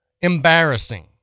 Embarrassing